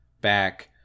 Back